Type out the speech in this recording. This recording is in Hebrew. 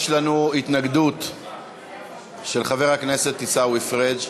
יש לנו התנגדות של חבר הכנסת עיסאווי פריג',